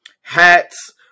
Hats